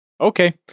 Okay